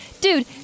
Dude